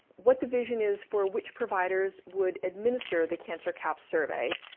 what the vision is for which providers would administer the cancer cahps survey.